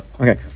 Okay